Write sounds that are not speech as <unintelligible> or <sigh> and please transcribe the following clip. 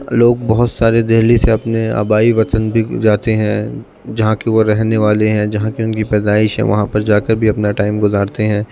لوگ بہت سارے دہلی سے اپنے آبائی وطن <unintelligible> جاتے ہیں جہاں کے وہ رہنے والے ہیں جہاں کی ان کی پیدائش ہے وہاں پہ جا کر بھی اپنا ٹائم گزارتے ہیں